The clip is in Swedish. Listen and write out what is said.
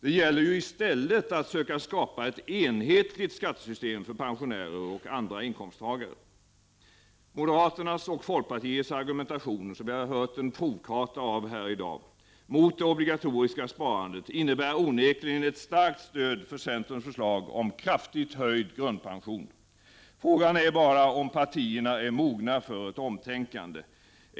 Det gäller i stället att söka skapa ett enhetligt skattesystem för pensionärer och andra inkomsttagare. Moderaternas och folkpartisternas argumentation, som vi har fått en provkarta av här i dag, mot det obligatoriska sparandet innebär onekligen ett starkt stöd för centerns förslag om kraftigt höjd grundpension. Frågan är bara om partierna är mogna för ett omtänkande.